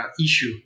issue